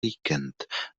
víkend